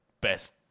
best